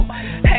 Hey